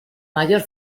mayor